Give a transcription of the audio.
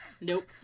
Nope